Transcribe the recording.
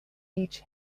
each